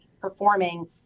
performing